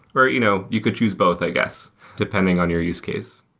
or you know you could choose both, i guess, depending on your use case.